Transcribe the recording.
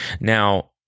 Now